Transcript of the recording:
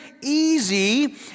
easy